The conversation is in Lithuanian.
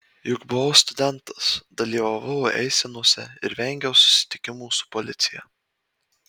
juk buvau studentas dalyvavau eisenose ir vengiau susitikimų su policija